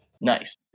Nice